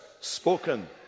spoken